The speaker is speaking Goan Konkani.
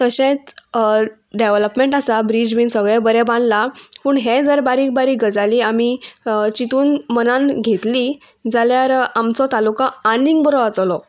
तशेंच डेवलॉपमेंट आसा ब्रीज बीन सगळें बरें बांदलां पूण हें जर बारीक बारीक गजाली आमी चितून मनान घेतलीं जाल्यार आमचो तालुका आनीक बरो जातलो